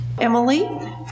Emily